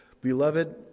Beloved